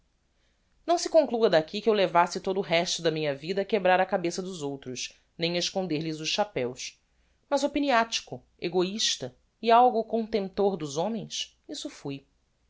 não se conclua daqui que eu levasse todo o resto da minha vida a quebrar a cabeça dos outros nem a esconder lhes os chapéos mas opiniatico egoista e algo contemptor dos homens isso fui